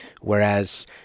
Whereas